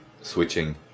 switching